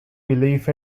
belief